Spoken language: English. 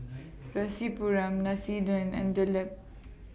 Rasipuram and Dilip